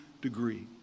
degree